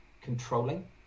controlling